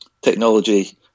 technology